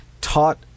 taught